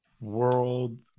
World